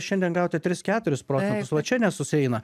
šiandien gauti tris keturis procentus va čia nesusieina